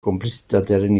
konplizitatearen